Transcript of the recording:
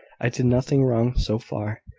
i did nothing wrong so far.